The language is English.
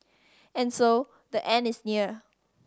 and so the end is near